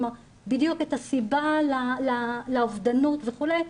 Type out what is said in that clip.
בדיוק את הסיבה לאובדנות וכולי,